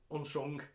Unsung